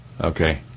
Okay